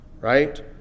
right